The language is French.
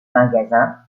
magasin